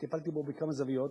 כי טיפלתי בו מכמה זוויות,